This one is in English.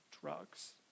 drugs